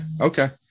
okay